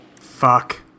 Fuck